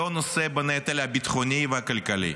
לא נושא בנטל הביטחוני והכלכלי.